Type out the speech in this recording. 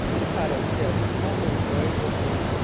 the paddles dipped almost noiselessly,